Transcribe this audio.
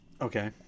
Okay